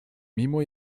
mimo